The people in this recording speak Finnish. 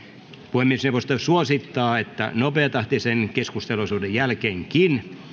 puhemiesneuvosto suosittaa että nopeatahtisen keskusteluosuuden jälkeenkin